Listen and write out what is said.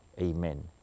Amen